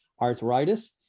arthritis